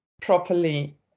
properly